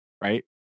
right